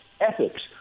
ethics